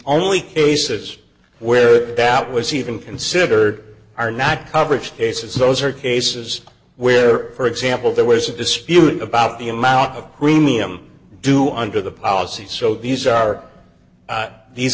only cases where that was even considered are not coverage cases those are cases where for example there was a dispute about the amount of premium do under the policy so these are these